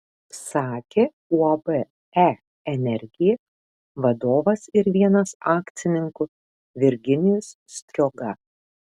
sakė uab e energija vadovas ir vienas akcininkų virginijus strioga